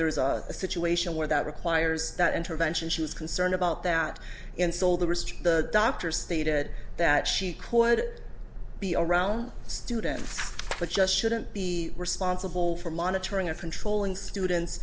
there is a situation where that requires that intervention she was concerned about that and so the wrist the doctor stated that she could be around students but just shouldn't be responsible for monitoring or controlling students